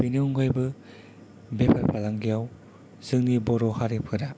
बिनि अनगायैबो बेफोर फालांगियाव जोंनि बर' हारिफोरा